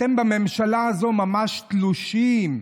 אתם בממשלה הזו ממש תלושים,